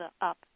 up